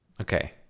Okay